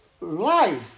life